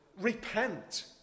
repent